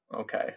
Okay